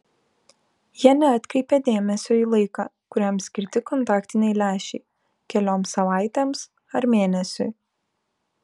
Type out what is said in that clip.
jie neatkreipia dėmesio į laiką kuriam skirti kontaktiniai lęšiai kelioms savaitėms ar mėnesiui